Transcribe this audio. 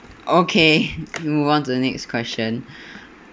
okay move on to the next question